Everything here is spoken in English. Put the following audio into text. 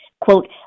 quote